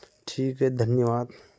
ठीक है धन्यवाद